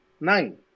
Nine